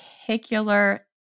particular